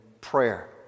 Prayer